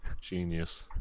genius